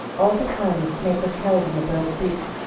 all the time the snake was held in the bird's beak,